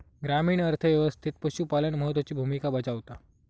ग्रामीण अर्थ व्यवस्थेत पशुपालन महत्त्वाची भूमिका बजावता